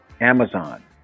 Amazon